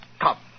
Come